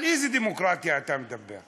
על איזה דמוקרטיה אתה מדבר?